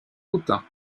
autun